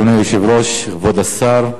אדוני היושב-ראש, כבוד השר,